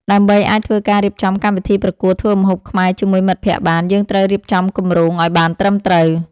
ដើម្បីអាចធ្វើការរៀបចំកម្មវិធីប្រកួតធ្វើម្ហូបខ្មែរជាមួយមិត្តភក្តិបាន យើងត្រូវរៀបចំគម្រោងឲ្យបានត្រឹមត្រូវ។